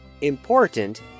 important